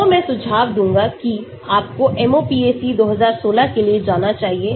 तो मैं सुझाव दूंगा कि आपको MOPAC 2016 के लिए जाना चाहिए